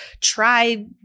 try